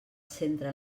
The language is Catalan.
centre